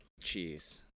cheese